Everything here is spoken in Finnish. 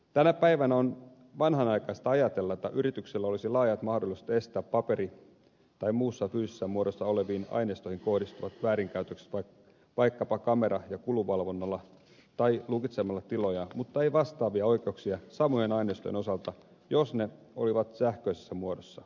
tänä päivänä on vanhanaikaista ajatella että yrityksillä olisi laajat mahdollisuudet estää paperi tai muussa fyysisessä muodossa oleviin aineistoihin kohdistuvat väärinkäytökset vaikkapa kamera ja kulunvalvonnalla tai lukitsemalla tiloja mutta ei vastaavia oikeuksia samojen aineistojen osalta jos ne ovat sähköisessä muodossa